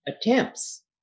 attempts